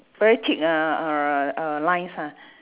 very thick uh uh uh lines ah